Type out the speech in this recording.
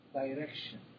direction